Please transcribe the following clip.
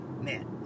Man